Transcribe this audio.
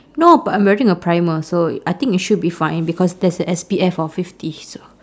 no but I'm wearing a primer so I think it should be fine because there's a S_P_F of fifty so